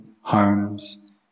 homes